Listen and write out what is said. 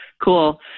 Cool